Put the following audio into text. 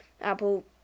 Apple